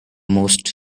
most